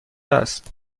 است